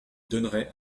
donnerai